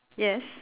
yes